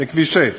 לכביש 6